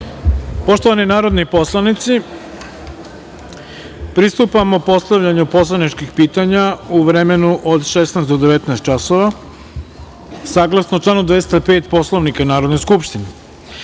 Poštovani narodni poslanici, pristupamo postavljanju poslaničkih pitanja u vremenu od 16.00 do 19.00 časova, saglasno članu 205. Poslovnika Narodne skupštine. Pre